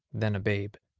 then a babe.